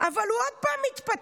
אבל הוא עוד פעם מתפתל.